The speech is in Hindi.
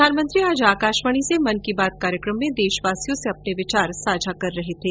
प्रधानमंत्री आज आकाशवाणी से मन की बात कार्यक्रम में देशवासियों से अपने विचार साझा कर रहे थे